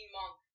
monk